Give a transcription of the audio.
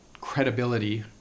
credibility